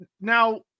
Now